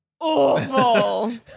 awful